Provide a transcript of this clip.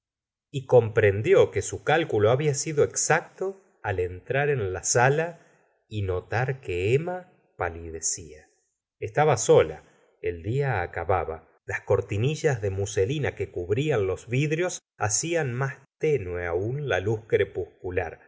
y comprendió que su cálculo había sido exacto al entrar en la sala y notar que emma palidecía estaba sola el día acababa las cortinillas de muselina que cubrían los vidrios hacían más tenue aún la luz crepuscular